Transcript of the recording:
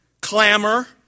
clamor